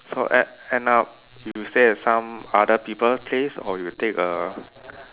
so end end up you stay at some other people place or you take a